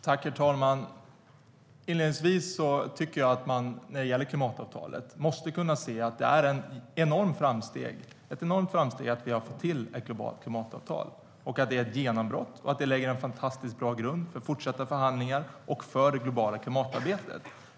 Herr talman! Inledningsvis tycker jag att man måste kunna se att det är ett enormt framsteg att vi har fått till stånd ett globalt klimatavtal, att det är ett genombrott och att det lägger en fantastiskt bra grund för fortsatta förhandlingar och för det globala klimatarbetet.